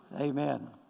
Amen